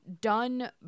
done